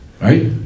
Right